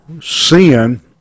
sin